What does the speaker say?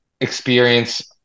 experience